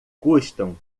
custam